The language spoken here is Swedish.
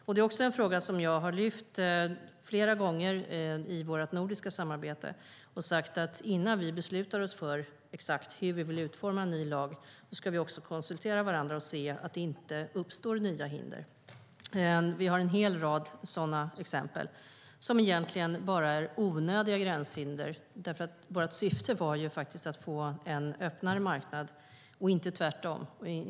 Jag har flera gånger lyft upp denna fråga i vårt nordiska samarbete. Jag har sagt att innan vi beslutar oss för exakt hur vi vill utforma en ny lag ska vi också konsultera varandra för att se till att det inte uppstår nya hinder. Det finns en hel rad sådana exempel. Det är egentligen onödiga gränshinder. Vårt syfte var att få en öppnare marknad - inte tvärtom.